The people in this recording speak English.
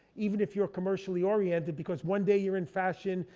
even if you're commercially oriented because one day you're in fashion,